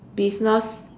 business